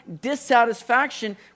dissatisfaction